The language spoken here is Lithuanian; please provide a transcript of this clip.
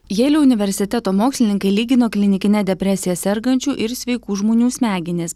jeilio universiteto mokslininkai lygino klinikine depresija sergančių ir sveikų žmonių smegenis